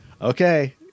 okay